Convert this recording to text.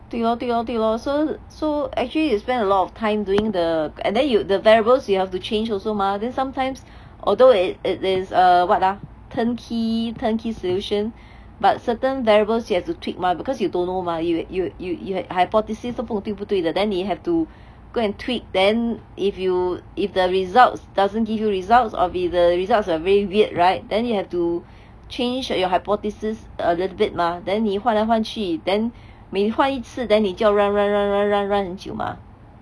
对咯对咯对咯 so so actually you spend a lot of time doing the and then you the variables you have to change also mah then sometimes although it it is err what ah turn key turn key solution but certain variables you have to tweak mah because you don't know mah you you you you hypothesis 都不懂对不对的 then 你 have to go and tweak then if you if the results doesn't give you results or if the results are very weird right then you have to change your hypothesis a little bit mah then 你换来换去 then 每换一次 then 你就要 run run run run run 很久嘛